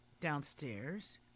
downstairs